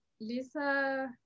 Lisa